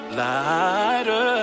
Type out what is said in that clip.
lighter